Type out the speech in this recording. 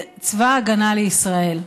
"ונגד צבא הגנה לישראל".